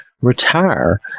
retire